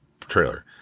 trailer